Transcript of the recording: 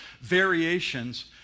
variations